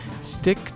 Stick